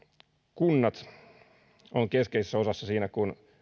kunnat ovat keskeisessä osassa siinä kun